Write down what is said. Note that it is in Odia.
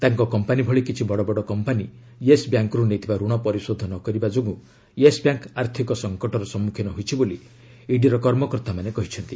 ତାଙ୍କ କମ୍ପାନୀ ଭଳି କିଛି ବଡ ବଡ କମ୍ପାନୀ ୟେସ୍ ବ୍ୟାଙ୍କରୁ ନେଇଥିବା ରଣ ପରିଶୋଧ ନକରିବା ଯୋଗୁଁ ୟେସ୍ ବ୍ୟାଙ୍କ ଆର୍ଥକ ସଙ୍କଟର ସମ୍ମୁଖୀନ ହୋଇଛି ବୋଲି ଇଡିର କର୍ମକର୍ତ୍ତାମାନେ କହିଛନ୍ତି